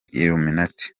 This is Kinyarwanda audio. illuminati